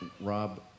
Rob